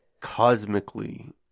cosmically